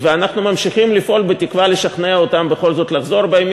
ואנחנו ממשיכים לפעול בתקווה לשכנע אותם בכל זאת לחזור בהם,